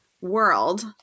world